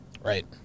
Right